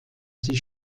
sie